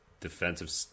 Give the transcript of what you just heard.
defensive